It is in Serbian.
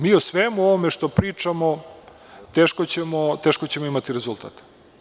Bez toga, mi o svemu ovome što pričamo teško ćemo imati rezultat.